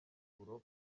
buroko